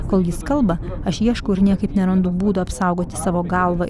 kol jis kalba aš ieškau ir niekaip nerandu būdo apsaugoti savo galvą